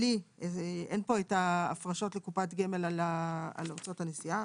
אין פה את ההפרשות לקופת גמל על הוצאות הנסיעה.